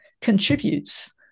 contributes